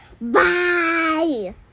Bye